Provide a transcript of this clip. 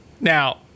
Now